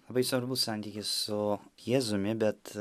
labai svarbus santykis su jėzumi bet